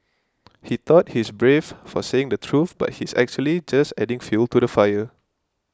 he thought he's brave for saying the truth but he's actually just adding fuel to the fire